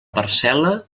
parcel·la